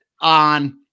on